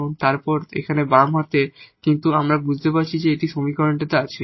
এবং তারপর এখানে বাম হাতে কিন্তু আমরা এখন বুঝতে পারছি যে এই সমীকরণটি আছে